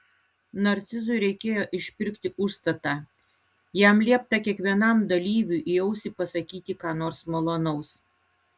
narcizui reikėjo išpirkti užstatą jam liepta kiekvienam dalyviui į ausį pasakyti ką nors malonaus